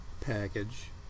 package